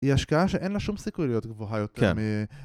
היא השקעה שאין לה שום סיכוי להיות גבוהה יותר מ...